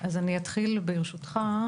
אני אתחיל בסקירה.